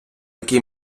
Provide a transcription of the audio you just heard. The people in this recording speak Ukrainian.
які